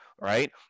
right